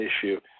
issue